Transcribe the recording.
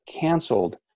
canceled